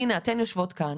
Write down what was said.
כי הנה, אתן יושבות כאן